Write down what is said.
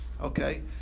Okay